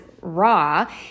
raw